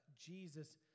Jesus